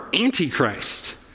Antichrist